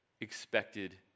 expected